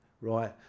right